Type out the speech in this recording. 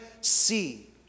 see